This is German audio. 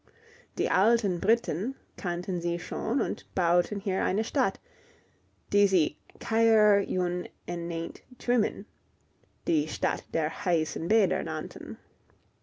die alten briten kannten sie schon und bauten hier eine stadt die sie caer yun ennaint twymyn die stadt der heißen bäder nannten